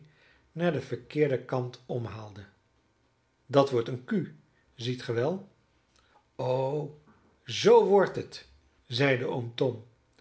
naar den verkeerden kant omhaalde dat wordt eene q ziet ge wel o zoo wordt het zeide oom tom